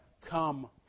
come